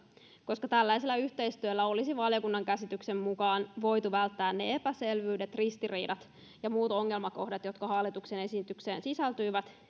koska tällaisella yhteistyöllä olisi valiokunnan käsityksen mukaan voitu välttää ne epäselvyydet ristiriidat ja muut ongelmakohdat jotka hallituksen esitykseen sisältyivät